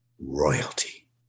royalty